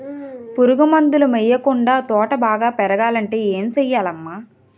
పురుగు మందులు యెయ్యకుండా తోట బాగా పెరగాలంటే ఏ సెయ్యాలమ్మా